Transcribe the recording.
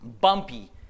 bumpy